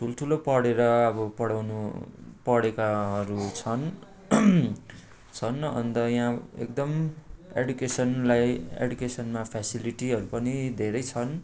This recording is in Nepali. ठुल्ठुलो पढेर अब पढाउनु पढेकाहरू छन् छन् अन्त यहाँ एकदम एडुकेसनलाई एडुकेसनमा फेसिलिटीहरू पनि धेरै छन्